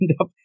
up